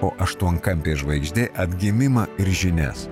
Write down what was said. o aštuonkampė žvaigždė atgimimą ir žinias